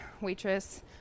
waitress